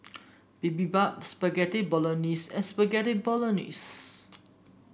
Bibimbap Spaghetti Bolognese and Spaghetti Bolognese